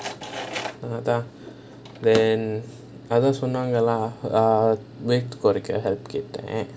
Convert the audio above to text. அதான் அதான் சொன்னாங்க:athaan athaan sonaanga lah weight குறைக்க:kuraikka help கேட்டான்:kettaen